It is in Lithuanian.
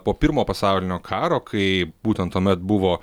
po pirmo pasaulinio karo kai būtent tuomet buvo